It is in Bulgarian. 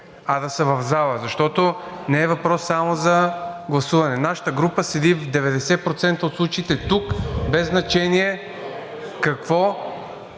а да са в залата. Защото не е въпрос само за гласуване. Нашата група седи 90% от случаите тук без значение какво